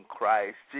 Christ